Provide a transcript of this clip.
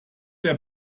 der